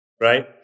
right